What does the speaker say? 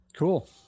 Cool